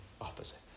opposite